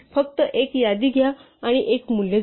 फक्त एक यादी घ्या आणि एक मूल्य जोडा